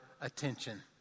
attention